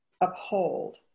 uphold